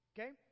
Okay